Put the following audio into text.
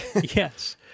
Yes